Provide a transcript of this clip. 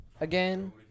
Again